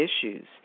issues